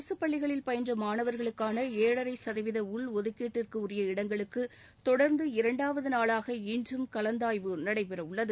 அரசுப் பள்ளிகளில் பயின்ற மாணவர்களுக்கான ஏழரை சதவீத உள்ஒதுக்கீட்டிற்குரிய இடங்களுக்கு தொடர்ந்து இரண்டாவது நாளாக இன்றும் கலந்தாய்வு நடைபெறவுள்ளது